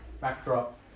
backdrop